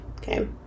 Okay